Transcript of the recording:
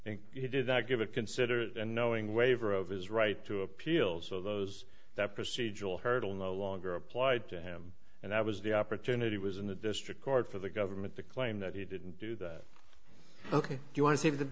and he did not give a considerate and knowing waiver of his right to appeal so those that procedural hurdle no longer applied to him and i was the opportunity was in the district court for the government to claim that he didn't do that ok you want to save the